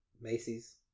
Macy's